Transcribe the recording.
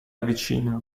vicina